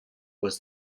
was